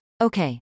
Okay